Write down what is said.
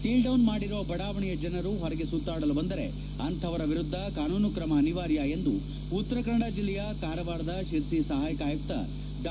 seal down ಮಾಡಿರುವ ಬಡಾವಣೆಯ ಜನರು ಹೊರಗೆ ಸುತ್ತಾಡಲು ಬಂದರೆ ಅಂಥವರ ಮೇಲೆ ಕಾನೂನು ತ್ರಮ ಅನಿವಾರ್ಯ ಎಂದು ಉತ್ತರ ಕನ್ನಡ ಜಿಲ್ಲೆಯ ಕಾರವಾರದ ಶಿರಸಿ ಸಹಾಯಕ ಆಯುಕ್ತ ಡಾ